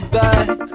back